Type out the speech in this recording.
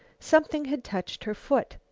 something had touched her foot.